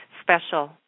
special